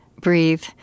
breathe